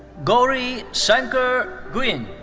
gouri sankar guin.